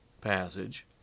passage